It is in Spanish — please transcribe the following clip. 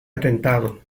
atentado